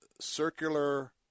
circular